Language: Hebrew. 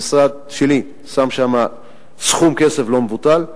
המשרד שלי שם שם סכום כסף לא מבוטל.